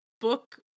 book